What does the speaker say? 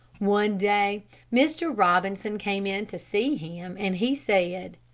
one day mr. robinson came in to see him, and he said,